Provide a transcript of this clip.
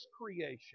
creation